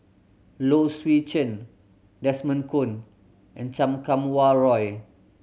Low Swee Chen Desmond Kon and Chan Kum Wah Roy